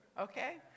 Okay